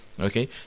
Okay